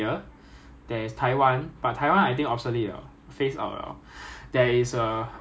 因为你要在这里 fire right 你要 static means 你不可以动 lah means 你只是可以 tank 在那里 fire